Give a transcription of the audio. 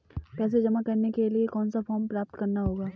पैसा जमा करने के लिए कौन सा फॉर्म प्राप्त करना होगा?